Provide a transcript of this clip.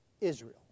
Israel